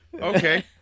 Okay